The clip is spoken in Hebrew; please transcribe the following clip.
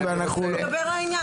אלא רק היכולות שהוא מביא לידי ביטוי.